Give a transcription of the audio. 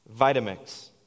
Vitamix